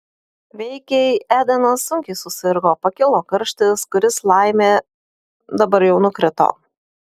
veikiai edenas sunkiai susirgo pakilo karštis kuris laimė dabar jau nukrito